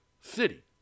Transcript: city